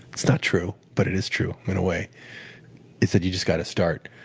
it's not true but it is true, in a way. it's that you've just got to start.